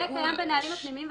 זה קיים בנהלים הפנימיים,